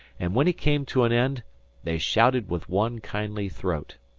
and when he came to an end they shouted with one kindly throat.